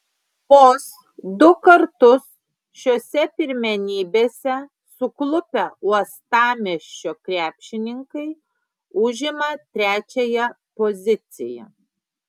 vos du kartus šiose pirmenybėse suklupę uostamiesčio krepšininkai užimą trečiąją poziciją